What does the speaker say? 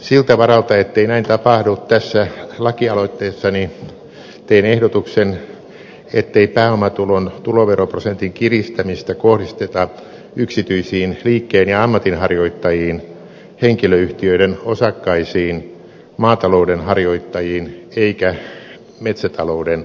siltä varalta ettei näin tapahdu tässä lakialoitteessani teen ehdotuksen ettei pääomatulon tuloveroprosentin kiristämistä kohdisteta yksityisiin liikkeen ja ammatinharjoittajiin henkilöyhtiöiden osakkaisiin maatalouden harjoittajiin eikä metsätalouden harjoittajiin